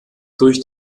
durch